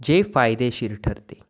जे फायदेशीर ठरते